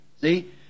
See